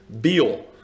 Beal